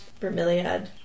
bromeliad